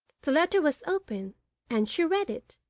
the letter was open and she read it!